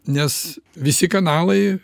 nes visi kanalai